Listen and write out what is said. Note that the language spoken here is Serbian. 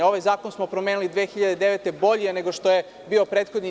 Ovaj zakon smo promenili 2009. godine i bolji je nego što je bio prethodni.